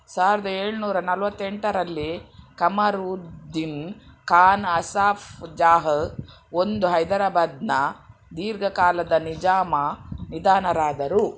ಸಾವಿರದ ಏಳುನೂರ ನಲವತ್ತೆಂಟರಲ್ಲಿ ಕಮರ್ ಉದ್ದಿನ್ ಕಾನ್ ಆಸಾಫ್ ಉಜ್ಜಾಹ ಒಂದು ಹೈದರಾಬಾದ್ನ ದೀರ್ಘ ಕಾಲದ ನಿಜಾಮ ನಿಧನರಾದರು